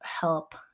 help